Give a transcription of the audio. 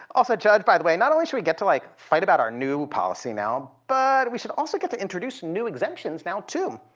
also, judge, by the way, not only should we get to, like, fight about our new policy now, but we should also get to introduce new exemptions now, too.